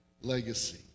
legacy